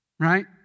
Right